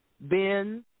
Ben